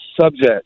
subject